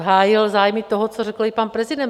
Hájil zájmy toho, co řekl i pan prezident.